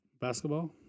Basketball